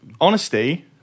Honesty